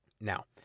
Now